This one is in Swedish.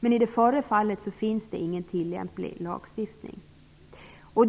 Men i det förra fallet finns det ingen tillämplig lagstiftning.